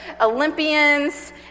Olympians